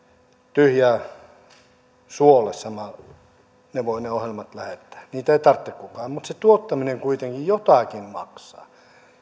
tyhjää suolle samalla ne ohjelmat voi lähettää niitä ei tarvitse kukaan mutta se tuottaminen kuitenkin jotakin maksaa